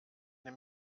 dem